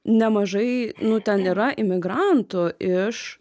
nemažai nu ten yra imigrantų iš